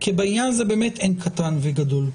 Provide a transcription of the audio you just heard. כי בעניין הזה באמת אין קטן וגדול,